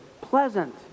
pleasant